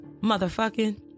motherfucking